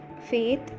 faith